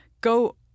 Go